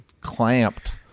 clamped